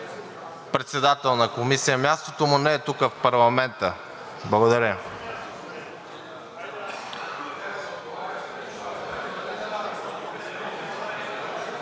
председател на комисия, а мястото му не е тук в парламента. Благодаря.